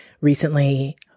recently